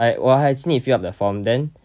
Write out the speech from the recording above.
I 我还是 need fill up the form then